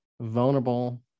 vulnerable